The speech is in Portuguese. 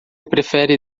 prefere